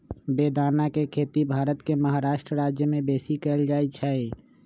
बेदाना के खेती भारत के महाराष्ट्र राज्यमें बेशी कएल जाइ छइ